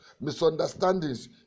misunderstandings